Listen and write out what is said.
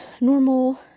normal